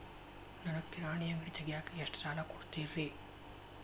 ನನಗ ಕಿರಾಣಿ ಅಂಗಡಿ ತಗಿಯಾಕ್ ಎಷ್ಟ ಸಾಲ ಕೊಡ್ತೇರಿ?